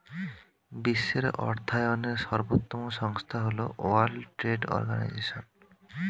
বিশ্বের অর্থায়নের সর্বোত্তম সংস্থা হল ওয়ার্ল্ড ট্রেড অর্গানাইজশন